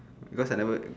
because I never